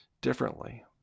differently